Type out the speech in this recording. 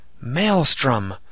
Maelstrom